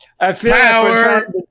Power